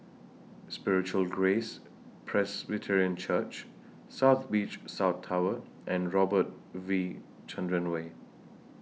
Spiritual Grace Presbyterian Church South Beach South Tower and Robert V Chandran Way